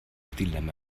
dilemma